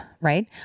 right